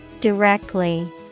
Directly